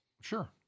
Sure